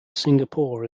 singapore